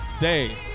day